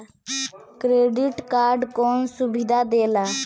Credit card कौन सुबिधा देला?